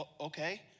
okay